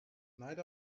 night